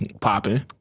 popping